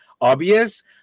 obvious